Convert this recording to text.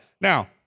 Now